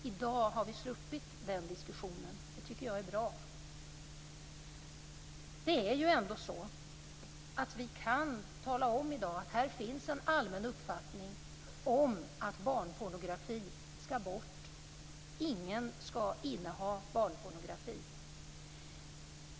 I dag har vi sluppit den diskussionen. Det tycker jag är bra. I dag kan vi ju ändå tala om att det finns en allmän uppfattning om att barnpornografi skall bort. Ingen skall inneha barnpornografi.